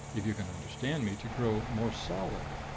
if you can understand me, to grow more solid.